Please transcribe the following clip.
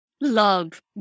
Love